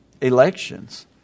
elections